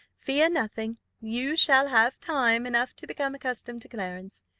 fear nothing you shall have time enough to become accustomed to clarence.